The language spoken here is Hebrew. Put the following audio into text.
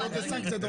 --- זה